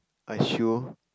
a shoe